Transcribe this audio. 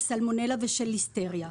של סלמונלה וליסטריה,